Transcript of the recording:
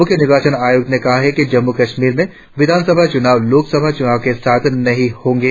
मुख्य निर्वाचन आयुक्त ने कहा कि जम्मू कश्मीर में विधानसभा चुनाव लोकसभा चुनाव के साथ नहीं होंगे